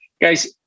Guys